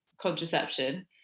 contraception